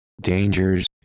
Dangers